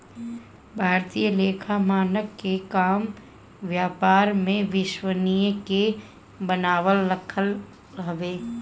भारतीय लेखा मानक के काम व्यापार में विश्वसनीयता के बनावल रखल हवे